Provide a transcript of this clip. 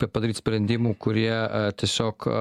padaryt sprendimų kurie tiesiog